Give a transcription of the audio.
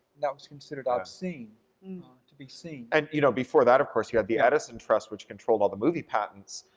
that was considered obscene, not to be seen. and, you know, before that of course you had the edison trust, which controlled all the movie patents,